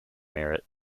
merit